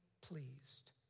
pleased